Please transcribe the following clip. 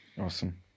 Awesome